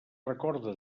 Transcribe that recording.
recorda